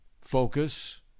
focus